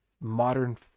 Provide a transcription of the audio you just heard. modern